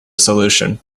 solution